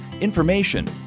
information